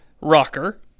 Rocker